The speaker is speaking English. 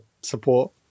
support